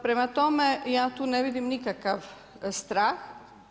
Prema tome, ja tu ne vidim nikakav strah.